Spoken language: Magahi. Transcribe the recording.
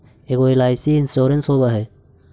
ऐगो एल.आई.सी इंश्योरेंस होव है?